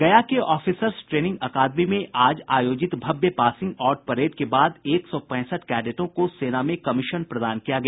गया के officers training academy में आज आयोजित भव्य पासिंग आउट परेड के बाद एक सौ पैंसठ कडैटों को सेना में कमीशन प्रदान किया गया